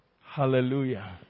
Hallelujah